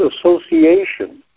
association